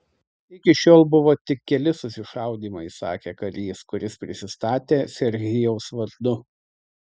iki šiol buvo tik keli susišaudymai sakė karys kuris prisistatė serhijaus vardu